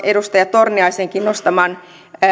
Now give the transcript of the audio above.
edustaja torniaisenkin nostamasta